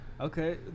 Okay